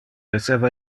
esseva